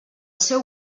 seu